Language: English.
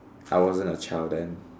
I wasn't a child then